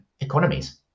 economies